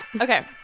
okay